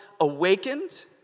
awakened